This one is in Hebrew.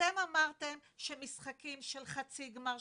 אתם אמרת שמשחקים של חצי גמר,